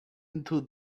into